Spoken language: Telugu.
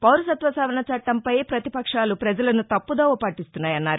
పౌరసత్వ సవరణ చట్టంపై పతిపక్షాలు పజలను తప్పుదోవ పట్టిస్తున్నాయన్నారు